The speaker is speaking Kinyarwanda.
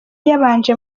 yabanje